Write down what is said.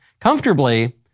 comfortably